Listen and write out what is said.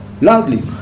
loudly